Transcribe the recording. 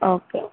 okay